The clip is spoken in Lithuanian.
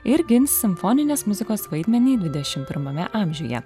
ir gins simfoninės muzikos vaidmenį dvidešim pirmame amžiuje